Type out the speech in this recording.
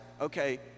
okay